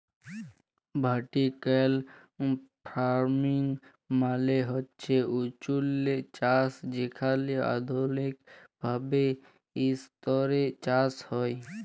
vertical farming মালে হছে উঁচুল্লে চাষ যেখালে আধুলিক ভাবে ইসতরে চাষ হ্যয়